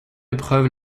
épreuve